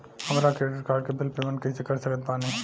हमार credit card के bill payment कइसे कर सकत बानी?